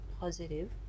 positive